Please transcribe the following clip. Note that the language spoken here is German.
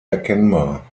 erkennbar